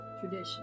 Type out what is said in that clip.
tradition